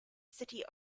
city